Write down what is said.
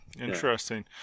interesting